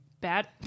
bad